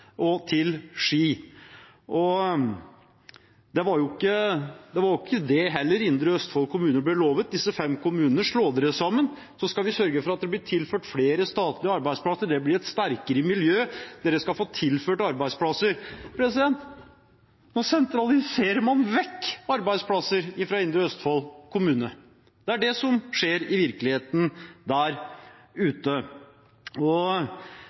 ble lovet – disse fem kommunene: Slå dere sammen, så skal vi sørge for at det blir tilført flere statlige arbeidsplasser, det blir et sterkere miljø, dere skal få tilført arbeidsplasser. Nå sentraliserer man vekk arbeidsplasser fra Indre Østfold kommune. Det er det som skjer i virkeligheten der ute.